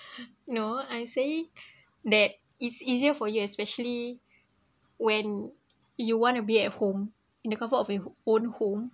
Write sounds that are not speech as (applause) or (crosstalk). (breath) no I say that it's easier for you especially when you want to be at home in the comfort of your own home